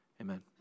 amen